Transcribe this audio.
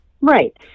right